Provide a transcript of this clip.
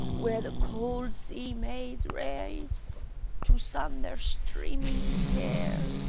where the cold sea maids raise to sun their streaming hair.